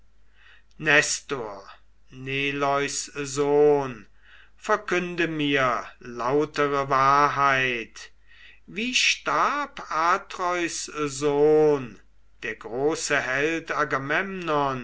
neleus sohn verkünde mir lautere wahrheit wie starb atreus sohn der große